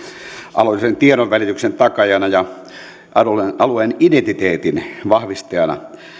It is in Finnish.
alueellisen tiedonvälityksen takaajana ja alueen identiteetin vahvistajana